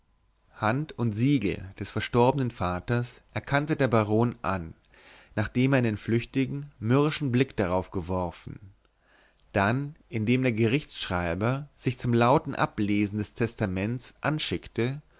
hand und siegel des verstorbenen vaters erkannte der baron an nachdem er einen flüchtigen mürrischen blick darauf geworfen dann indem der gerichtsschreiber sich zum lauten ablesen des testaments anschickte